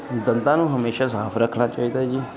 ਦੰਦਾਂ ਨੂੰ ਹਮੇਸ਼ਾ ਸਾਫ਼ ਰੱਖਣਾ ਚਾਹੀਦਾ ਜੀ